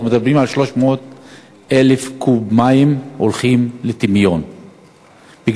אנחנו מדברים על 300,000 קוב מים שהולכים לטמיון בגלל